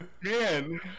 man